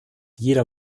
jeder